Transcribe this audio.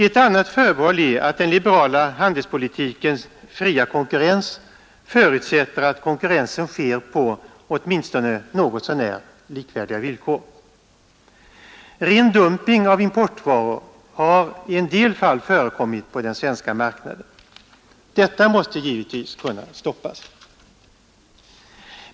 Ett annat förbehåll är att den liberala handelspolitikens fria konkurrens förutsätter att konkurrensen sker på åtminstone något så när likvärdiga villkor. Ren dumping av importvaror har i en del fall förekommit på den svenska marknaden. Detta måste givetvis kunna stoppas.